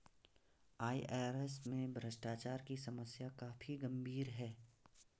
IRS में भ्रष्टाचार की समस्या काफी गंभीर है